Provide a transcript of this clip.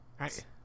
Right